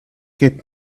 kept